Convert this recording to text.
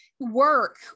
work